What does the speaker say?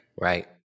Right